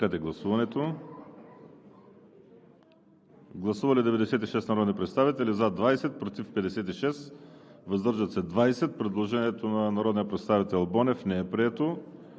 Гласували 96 народни представители: за 20, против 56, въздържали се 20. Предложението на народния представител Бонев не е прието.